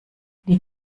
die